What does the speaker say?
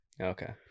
Okay